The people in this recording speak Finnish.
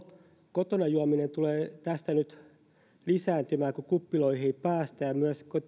kotona juominen tulee tästä nyt lisääntymään kun kuppiloihin ei päästä ja myös